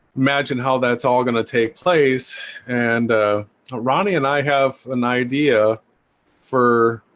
imagine how that's all going to take place and ronnie and i have an idea for